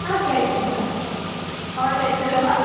ஆ கிடைக்குங்க ஆர்டர் எடுத்துக்கவா